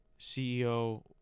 CEO